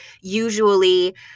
usually